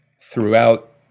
throughout